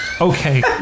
Okay